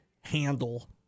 handle